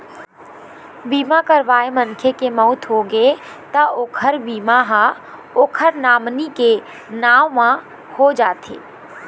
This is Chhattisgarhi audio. बीमा करवाए मनखे के मउत होगे त ओखर बीमा ह ओखर नामनी के नांव म हो जाथे